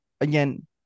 again